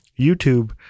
YouTube